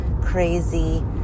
crazy